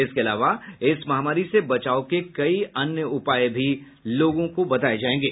इसके अलावा इस महामारी से बचाव के कई अन्य उपाय भी लोगों को बताये जायेंगे